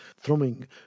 thrumming